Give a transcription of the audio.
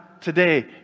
today